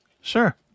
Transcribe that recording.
Sure